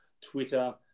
Twitter